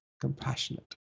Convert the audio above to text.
compassionate